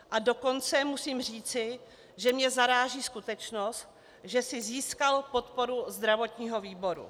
A dokonce musím říci, že mě zaráží skutečnost, že si získal podporu zdravotního výboru.